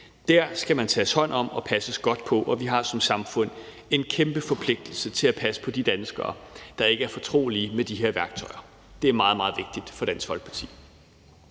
Dér skal man tages hånd om og passes godt på, og vi har som samfund en kæmpe forpligtelse til at passe på de danskere, der ikke der er fortrolige med de her værktøjer. Det er meget, meget vigtigt for Dansk Folkeparti.